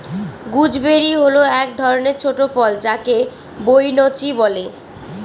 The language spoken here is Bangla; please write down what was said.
গুজবেরি হল এক ধরনের ছোট ফল যাকে বৈনচি বলে